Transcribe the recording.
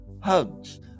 hugs